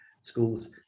schools